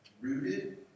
rooted